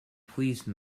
police